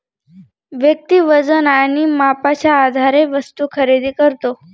व्यक्ती वजन आणि मापाच्या आधारे वस्तू खरेदी करतो